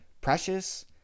precious